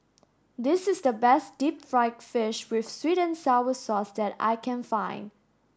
this is the best deep fried fish with sweet and sour sauce that I can find